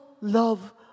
love